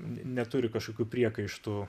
neturi kažkokių priekaištų